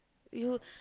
you